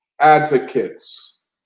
advocates